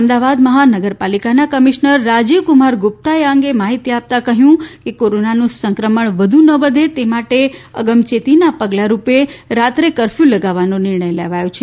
અમદાવાદ મહાનગરપાલીકાનાં કમિશનર રાજીવ કુમાર ગુપ્તાએ આ અંગે માહીતી આપતા કહ્યું કે કોરોનાનું સંક્રમણ વધુ ન વધે તે માટે અગમચેતીનાં પગલાં રૂપે રાત્રે કફર્યું લગાવવાનો નિર્ણય લેવાયો છે